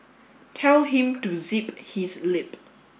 tell him to zip his lip